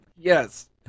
Yes